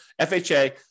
FHA